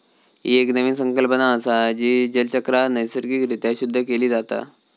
ही एक नवीन संकल्पना असा, जी जलचक्रात नैसर्गिक रित्या शुद्ध केली जाता